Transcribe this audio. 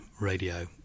radio